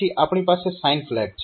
પછી આપણી પાસે સાઇન ફ્લેગ છે